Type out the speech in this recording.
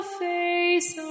face